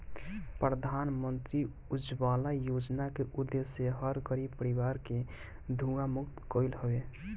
प्रधानमंत्री उज्ज्वला योजना के उद्देश्य हर गरीब परिवार के धुंआ मुक्त कईल हवे